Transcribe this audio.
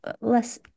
less